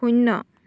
শূন্য